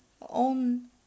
on